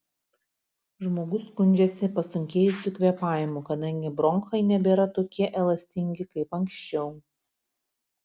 žmogus skundžiasi pasunkėjusiu kvėpavimu kadangi bronchai nebėra tokie elastingi kaip anksčiau